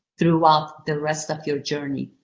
throughout the rest of your journey.